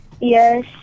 Yes